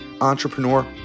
entrepreneur